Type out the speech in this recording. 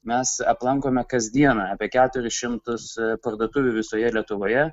mes aplankome kasdieną apie keturis šimtus parduotuvių visoje lietuvoje